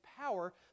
power